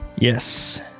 Yes